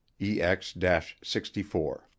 EX-64